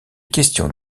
question